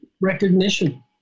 recognition